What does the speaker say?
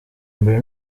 mbere